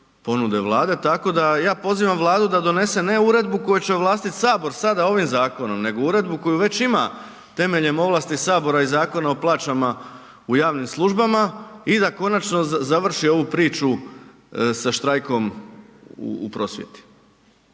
ponude Vlade. Tako da ja pozivam Vladu da donese ne uredbu koju će ovlastit sabor sada ovim zakonom nego uredbu koju već ima temeljem ovlasti sabora i zakona o plaćama u javnim službama i da konačno završi ovu priču sa štrajkom u prosvjeti.